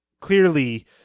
clearly